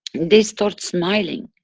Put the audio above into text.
they start smiling.